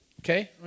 Okay